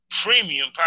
premium